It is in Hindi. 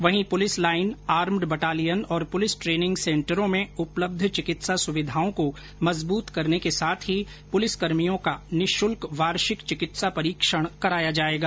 वहीं पुलिस लाइन आर्म्ड बटालियन और पुलिस ट्रेनिंग सेंटरों में उपलब्ध चिकित्सा सुविधाओं को मजबूत करने के साथ ही पुलिसकर्मियों का निशुल्क वार्षिक चिकित्सा परीक्षण कराया जाएगा